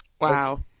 Wow